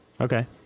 Okay